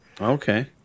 okay